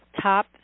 top